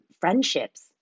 friendships